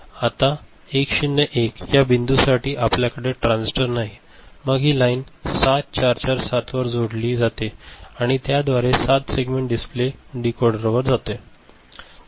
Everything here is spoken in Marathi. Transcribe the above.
आता 1 0 1 या बिंदूसाठी आपल्याकडे ट्रान्झिस्टर नाही आणि मग ही लाईन 7447 वर जोडली जाते आणि त्याद्वारे 7 सेगमेंट डिस्प्ले डीकोडरवर जाते